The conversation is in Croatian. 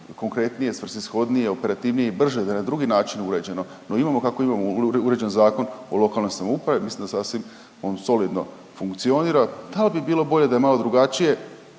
konkretnije, svrsishodnije, operativnije i brže da je na drugi način uređeno. No imamo kako imamo uređen Zakon o lokalnoj samoupravi mislim da sasvim on solidno funkcionira. Dal bi bilo bolje da je malo drugačije?